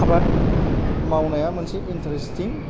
आबाद मावनाया मोनसे इन्टारेसथिं